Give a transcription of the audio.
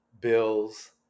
bills